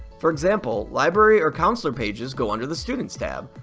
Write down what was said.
for example, library or counselor pages go under the students tab,